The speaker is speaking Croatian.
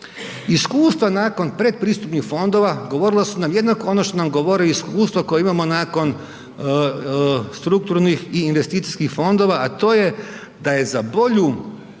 Iskustva nakon pretpristupnih fondova govorila su nam jednako ono što nam govore iskustva koja imamo nakon strukturnih i investicijskih fondova a to je da je za bolju